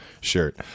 shirt